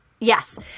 Yes